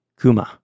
Kuma